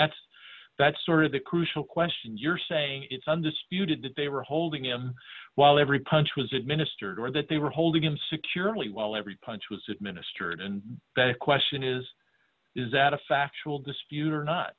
that's that's sort of the crucial question you're saying it's undisputed that they were holding him while every punch was administered or that they were holding him securely while every punch was administered and that a question is is that a factual dispute or not